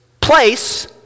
place